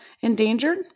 endangered